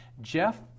Jeff